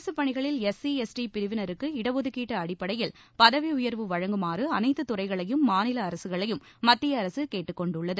அரசு பணிகளில் S C S T பிரிவினருக்கு இடஒதுக்கீட்டு அடிப்படையில் பதவி உயர்வு வழங்குமாறு அனைத்து துறைகளையும் மாநில அரசுகளையும் மத்திய அரசு கேட்டுக்கொண்டுள்ளது